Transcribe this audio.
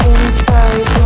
Inside